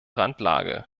randlage